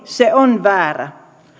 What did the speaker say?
se on väärä